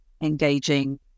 engaging